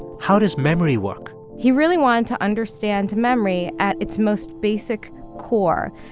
how does memory work? he really wanted to understand memory at its most basic core.